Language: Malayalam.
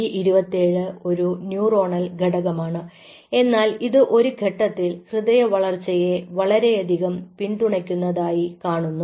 B 27 ഒരു ന്യൂറോണൽ ഘടകമാണ് എന്നാൽ ഇത് ഒരു ഘട്ടത്തിൽ ഹൃദയ വളർച്ചയെ വളരെയധികം പിന്തുണയ്ക്കുന്നതായി കാണുന്നു